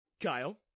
Kyle